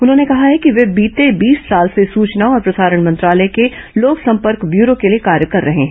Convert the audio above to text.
उन्होंने कहा कि वे बीते बीस साल से सुचना और प्रसारण मंत्रालय के लोकसंपर्क ब्यूरो के लिए कार्य कर रहे हैं